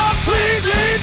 Completely